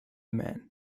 man